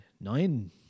nine